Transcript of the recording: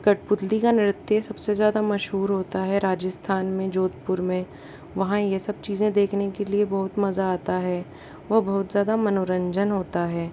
कठपुतली का नृत्य सबसे ज़्यादा मशहूर होता है राजस्थान में जोधपुर में वहाँ यह सब चीज़ें देखने के लिए बहुत मज़ा आता है और बहुत ज़्यादा मनोरंजन होता है